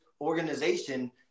organization